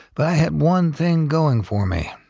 but i had one thing going for me.